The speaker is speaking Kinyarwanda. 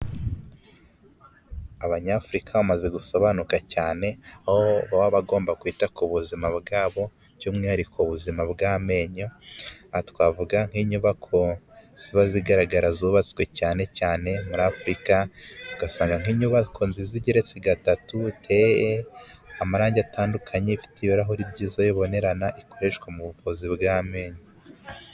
Abanyafurika bamaze gusobanuka cyane aho baba bagomba kwita ku buzima bwabo by'umwihariko ubuzima bw'amenyo. Aha twavuga nk'inyubako ziba zigaragara zubatswe cyane cyane muri Afurika, ugasanga nk'inyubako nziza igeretse gatatu, iteye amarange atandukanye, ifite ibirahuri byiza bibonerana ikoreshwa mu buvuzi bw'amenyo.